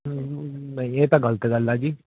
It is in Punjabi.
ਹੂੰ ਨਹੀਂ ਇਹ ਤਾਂ ਗਲਤ ਗੱਲ ਹੈ ਜੀ